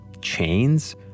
chains